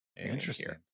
Interesting